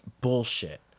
bullshit